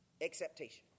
acceptation